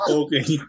okay